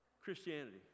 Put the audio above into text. christianity